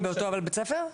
הם באותו בית הספר?